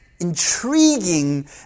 intriguing